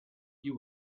you